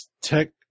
tech